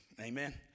Amen